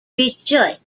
rejoice